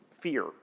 fear